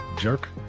jerk